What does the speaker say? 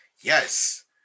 Yes